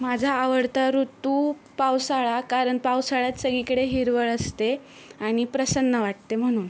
माझा आवडता ऋतू पावसाळा कारण पावसाळ्यात सगळीकडे हिरवळ असते आणि प्रसन्न वाटते म्हणून